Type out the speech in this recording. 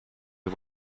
mes